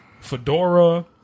fedora